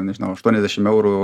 nežinau aštuoniasdešim eurų